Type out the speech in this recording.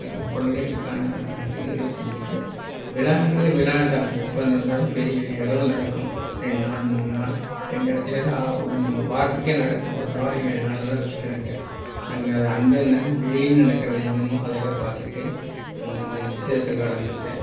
குழந்தைகளுக்கான இதுகளை செஞ்சுட்டு விழாங்கிறது விழா தான் எப்போ நடந்தாலும் பெரிய அளவில் நடக்கும் ரெண்டு நாள் மூணு நாள் இப்போ எங்கள் இடத்துலல்லாம் ஒரு வாரத்துக்கே நடக்கும் ஒரு வாரம் ஏழு நாளெலாம் வச்சுக்குறாங்க நாங்கள் அந்த டெய்லியும் நடக்கிறது என்னமோ அதையெல்லாம் பார்த்துட்டு அந்தந்த விசேஷ காலங்களில்